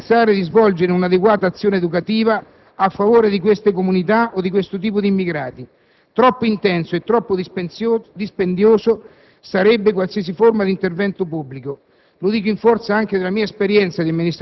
Né lo Stato né i Comuni potranno mai pensare di svolgere un'adeguata azione educativa a favore di queste comunità o di questo tipo di immigrati. Troppo intensa e troppo dispendiosa sarebbe qualsiasi forma di intervento pubblico;